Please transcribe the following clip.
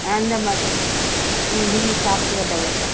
அந்த மாதிரி BE software developer